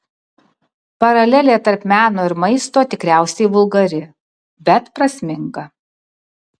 paralelė tarp meno ir maisto tikriausiai vulgari bet prasminga